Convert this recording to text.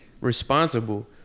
responsible